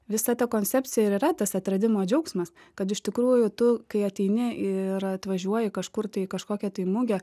visa ta koncepcija ir yra tas atradimo džiaugsmas kad iš tikrųjų tu kai ateini ir atvažiuoji kažkur tai į kažkokią tai mugę